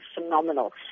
phenomenal